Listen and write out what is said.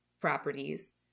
properties